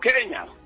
Kenya